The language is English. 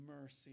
mercy